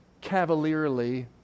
cavalierly